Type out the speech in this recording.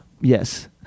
Yes